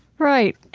right.